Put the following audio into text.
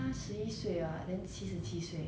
!wah! that's quite that's quite old already eh